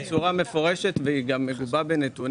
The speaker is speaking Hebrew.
אמרתי את עמדתי בצורה מפורשת והיא גם מגובה בנתונים.